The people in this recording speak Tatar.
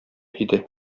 иде